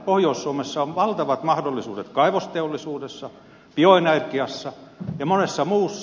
pohjois suomessa on valtavat mahdollisuudet kaivosteollisuudessa bioenergiassa ja monessa muussa